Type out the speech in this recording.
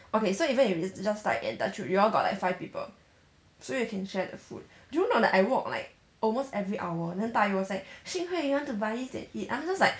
okay so even if there's just 大姨 and 大舅 you all got like five people so you can share the food do you know that I walk like almost every hour then 大姨 was like xin hui you want to buy this and eat I'm just like